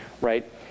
right